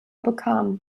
bekam